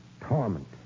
torment